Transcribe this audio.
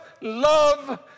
love